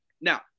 Now